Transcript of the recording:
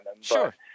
sure